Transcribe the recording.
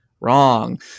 Wrong